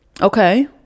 Okay